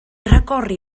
rhagori